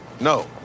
No